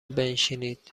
بنشینید